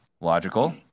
Logical